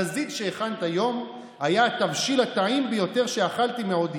הנזיד שהכנת היום היה התבשיל הטעים ביותר שאכלתי מעודי.